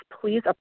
please